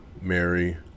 Mary